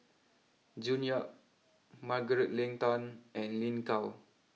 June Yap Margaret Leng Tan and Lin Gao